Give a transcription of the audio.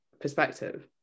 perspective